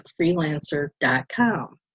freelancer.com